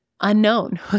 unknown